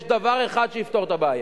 יש דבר אחד שיפתור את הבעיה,